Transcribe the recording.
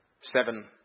Seven